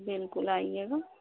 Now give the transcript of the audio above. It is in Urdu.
بالکل آئیے گا